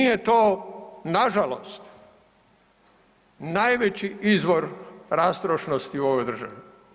Nije to nažalost najveći izvor rastrošnosti u ovoj državi.